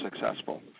successful